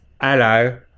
Hello